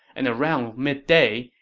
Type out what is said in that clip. and around midday,